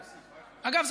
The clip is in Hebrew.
אגב,